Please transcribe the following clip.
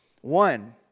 One